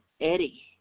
Eddie